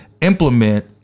implement